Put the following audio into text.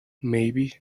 maybe